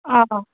অঁ